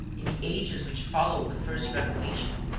in the ages which followed the first revelation,